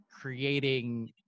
creating